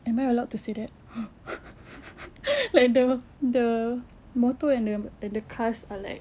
am I allowed to say that !huh! like the the motor and the and the cars are like